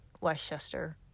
Westchester